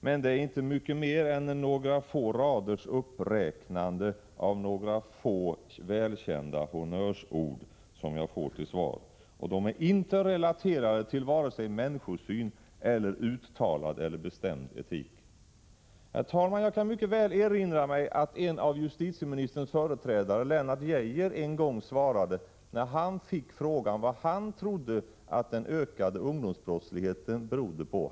Men det är inte mycket mer än några få raders uppräknande av några få välkända honnörsord som jag får till svar — och de är inte relaterade till vare sig människosyn eller uttalad, bestämd etik. Herr talman! Jag kan mycket väl erinra mig att en av justitieministerns företrädare, Lennart Geijer, en gång svarade, när han fick frågan vad han trodde att den ökade ungdomsbrottsligheten berodde på.